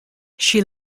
she